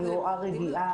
אני רואה רגיעה,